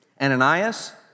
Ananias